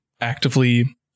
actively